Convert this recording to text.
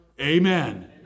Amen